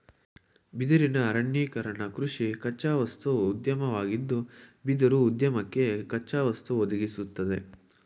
ಬಿದಿರಿನ ಅರಣ್ಯೀಕರಣಕೃಷಿ ಕಚ್ಚಾವಸ್ತು ಉದ್ಯಮವಾಗಿದ್ದು ಬಿದಿರುಉದ್ಯಮಕ್ಕೆ ಕಚ್ಚಾವಸ್ತು ಒದಗಿಸ್ತದೆ